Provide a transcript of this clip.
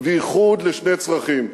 ובייחוד לשני צרכים: